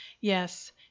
Yes